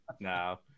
No